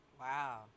Wow